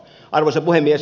arvoisa puhemies